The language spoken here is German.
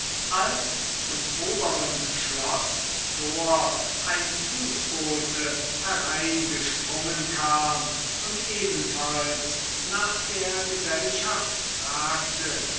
als zum oberen schloßtor ein fußbote hereingesprungen kam und ebenfalls nach der gesellschaft fragte